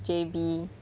J_B